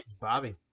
Bobby